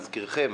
להזכירכם,